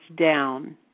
down